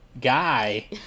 guy